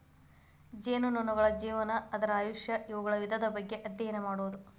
ಜೇನುನೊಣಗಳ ಜೇವನಾ, ಅದರ ಆಯುಷ್ಯಾ, ಅವುಗಳ ವಿಧದ ಬಗ್ಗೆ ಅದ್ಯಯನ ಮಾಡುದು